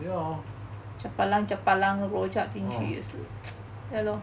you know hor